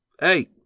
hey